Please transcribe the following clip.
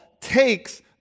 takes